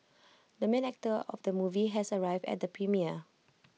the main actor of the movie has arrived at the premiere